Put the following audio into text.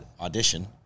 audition